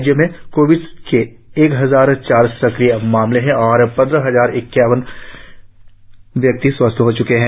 राज्य में कोविड के एक हजार चार सक्रिय मामले हैं और पंद्रह हजार इक्यानवे व्यक्ति स्वस्थ हो च्के हैं